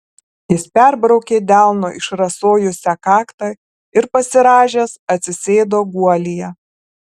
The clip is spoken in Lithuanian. jis perbraukė delnu išrasojusią kaktą ir pasirąžęs atsisėdo guolyje